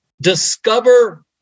Discover